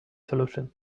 solution